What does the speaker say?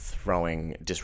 throwing